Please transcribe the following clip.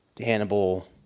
Hannibal